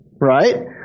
right